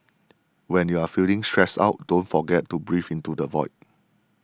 when you are feeling stressed out don't forget to breathe into the void